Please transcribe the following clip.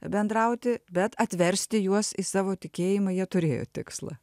bendrauti bet atversti juos į savo tikėjimą jie turėjo tikslą